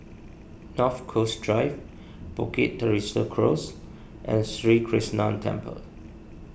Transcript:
North Coast Drive Bukit Teresa Close and Sri Krishnan Temple